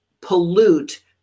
pollute